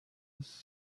was